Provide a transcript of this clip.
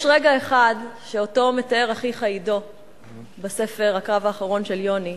יש רגע אחד שאותו מתאר אחיך עידו בספר "הקרב האחרון של יוני",